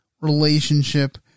relationship